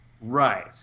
Right